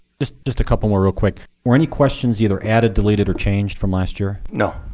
just just a couple more real quick. were any questions either added, deleted, or changed from last year? no.